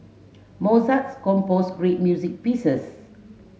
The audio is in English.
Mozart composed great music pieces